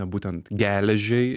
būtent geležiai